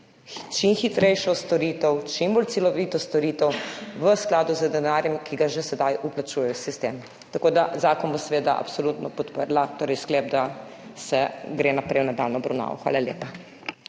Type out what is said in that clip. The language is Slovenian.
čim hitrejšo storitev, čim bolj celovito storitev v skladu z denarjem, ki ga že sedaj vplačujejo v sistem. Zakon bom seveda absolutno podprla, torej sklep, da se gre naprej v nadaljnjo obravnavo. Hvala lepa.